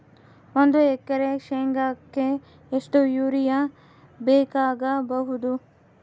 ಒಂದು ಎಕರೆ ಶೆಂಗಕ್ಕೆ ಎಷ್ಟು ಯೂರಿಯಾ ಬೇಕಾಗಬಹುದು?